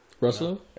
Russell